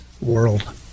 world